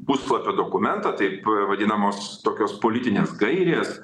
puslapio dokumentą taip vadinamos tokios politinės gairės